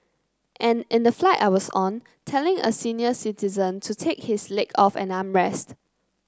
and in the flight I was on telling a senior citizen to take his leg off an armrest